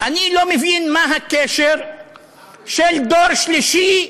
אני לא מבין מה הקשר של דור שלישי,